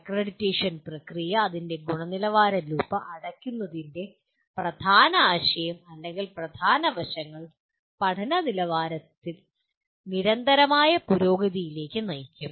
accreditation പ്രക്രിയ അതിന്റെ ഗുണനിലവാര ലൂപ്പ് അടയ്ക്കുന്നതിന്റെ പ്രധാന ആശയം അല്ലെങ്കിൽ പ്രധാന വശങ്ങൾ പഠന നിലവാരത്തിൽ നിരന്തരമായ പുരോഗതിയിലേക്ക് നയിക്കും